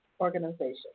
organization